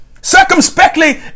circumspectly